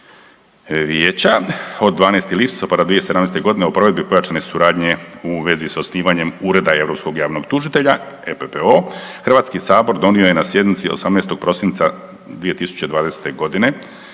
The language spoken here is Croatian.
Vijeća od 12. listopada 2017.g. u provedbi pojačane suradnje u vezi s osnivanjem Ureda europskog javnog tužitelja EPPO HS donio je na sjednici 18. prosinca 2020.g.